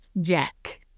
jack